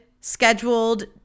scheduled